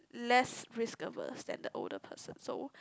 less risk averse than a older person so